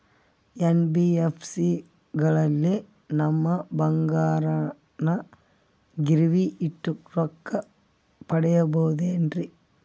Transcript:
NBFC ಗಳಲ್ಲಿ ನಮ್ಮ ಬಂಗಾರನ ಗಿರಿವಿ ಇಟ್ಟು ರೊಕ್ಕ ಪಡೆಯಬಹುದೇನ್ರಿ?